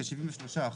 בכ-73%,